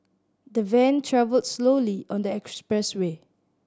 the van travelled slowly on the expressway